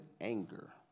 anger